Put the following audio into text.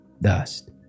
dust